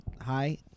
Hi